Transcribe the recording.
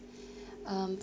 um